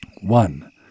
One